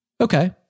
Okay